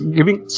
giving